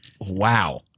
wow